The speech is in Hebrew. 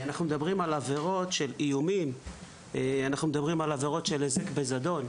אנחנו מדברים על עבירות של איומים ועל עברות של היזק בזדון.